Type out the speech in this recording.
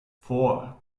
four